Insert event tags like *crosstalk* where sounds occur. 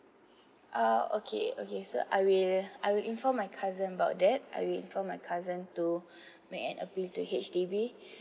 ah okay okay so I will I will inform my cousin about that I will inform my cousin to *breath* make an appeal to H_D_B